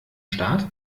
staat